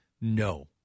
No